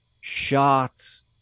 shots